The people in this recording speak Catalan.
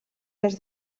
des